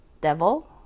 devil